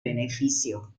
beneficio